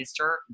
Mr